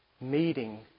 meeting